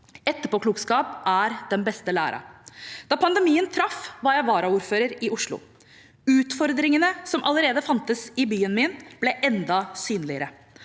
Etterpåklokskap er den beste lære. Da pandemien traff, var jeg varaordfører i Oslo. Utfordringene som allerede fantes i byen min, ble enda synligere.